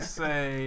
say